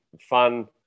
fun